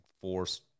force